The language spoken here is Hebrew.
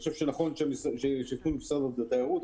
נכון שיהיה שיתוף עם משרד התיירות.